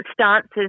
stances